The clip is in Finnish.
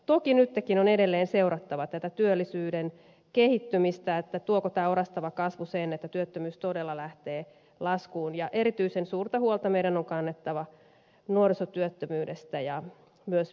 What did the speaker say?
toki nytkin on edelleen seurattava tätä työllisyyden kehittymistä tuoko tämä orastava kasvu sen että työttömyys todella lähtee laskuun ja erityisen suurta huolta meidän on kannettava nuorisotyöttömyydestä ja myös pitkäaikaistyöttömyydestä